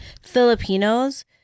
Filipinos